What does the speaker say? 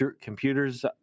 computers